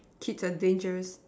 kids are dangerous